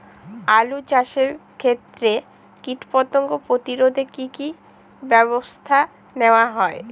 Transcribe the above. আলু চাষের ক্ষত্রে কীটপতঙ্গ প্রতিরোধে কি কী ব্যবস্থা নেওয়া হয়?